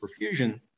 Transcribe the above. perfusion